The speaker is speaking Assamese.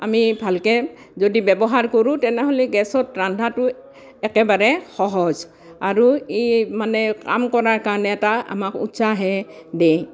আমি ভালকৈ যদি ব্যৱহাৰ কৰোঁ তেনেহ'লে গেছত ৰন্ধাতো একেবাৰে সহজ আৰু এই মানে কাম কৰাৰ কাৰণে এটা আমাক উৎসাহহে দিয়ে